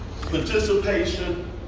Participation